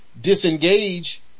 disengage